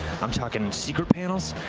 i'm talking secret panels.